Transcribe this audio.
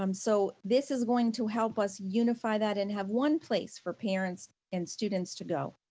um so this is going to help us unify that and have one place for parents and students to go.